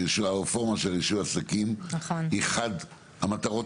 הרפורמה של רישוי העסקים היא אחת המטרות